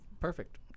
Perfect